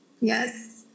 Yes